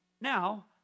now